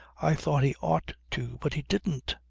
i thought he ought to. but he didn't.